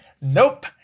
nope